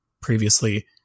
previously